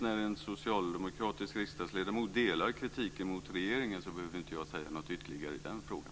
När en socialdemokratisk riksdagsledamot delar kritiken mot regeringen behöver jag inte säga något ytterligare i den frågan.